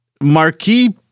marquee